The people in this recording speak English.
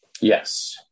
Yes